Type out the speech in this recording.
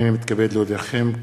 הנני מתכבד להודיעכם,